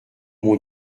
mon